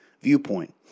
viewpoint